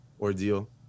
ordeal